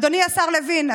אדוני השר לוין,